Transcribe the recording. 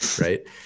right